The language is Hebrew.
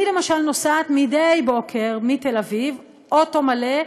אני למשל נוסעת מדי בוקר מתל אביב באוטו מלא,